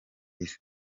isi